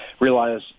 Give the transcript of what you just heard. realize